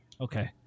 Okay